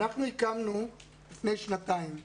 לפני שנתיים הקמנו,